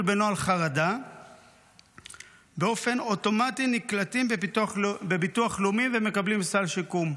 בנוהל חרדה באופן אוטומטי נקלטים בביטוח לאומי ומקבלים סל שיקום.